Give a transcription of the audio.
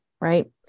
right